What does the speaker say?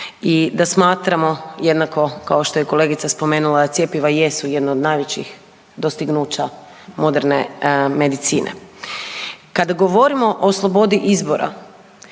i da smatramo jednako kao što je i kolegica spomenula da cjepiva i jesu jedna od najvećih dostignuća moderne medicine. Kada govorimo o slobodi izbora